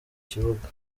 kibuga